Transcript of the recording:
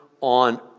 on